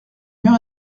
mieux